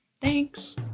Thanks